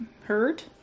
hurt